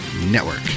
network